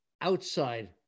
outside